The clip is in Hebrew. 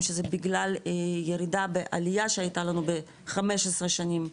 שזה בגלל ירידה בעלייה שהייתה לנו ב-15 שנים האחרונות,